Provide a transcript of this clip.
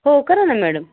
हो करा ना मॅडम